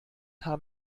hab